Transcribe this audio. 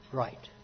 right